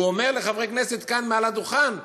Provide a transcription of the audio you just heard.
והוא אומר לחברי כנסת כאן מעל לדוכן: